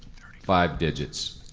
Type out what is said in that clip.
five digits.